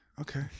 okay